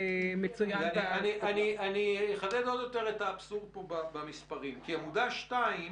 אז אם אני לוקח את העמודה הראשונה ומפחית את העמודה הרביעית,